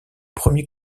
premier